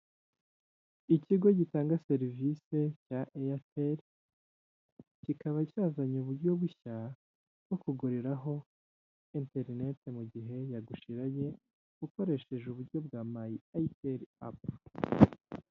Ikigo gitanga serivise cya eyateli kikaba cyazanye uburyo bushya bwo kuguriraho enterinete mugihe yagushiranye, ukoresheje uburyo bwa mayi ayiteli apu.